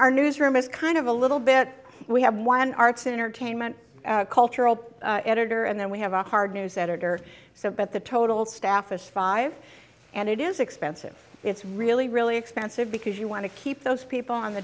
our newsroom is kind of a little bit we have one arts and entertainment cultural editor and then we have a hard news editor so but the total staff is five and it is expensive it's really really expensive because you want to keep those people